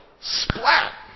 Splat